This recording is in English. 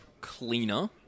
cleaner